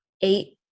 eight